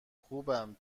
خوبم